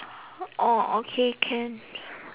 orh okay can